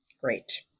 Great